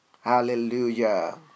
Hallelujah